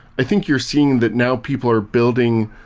i think you're seeing that now people are building,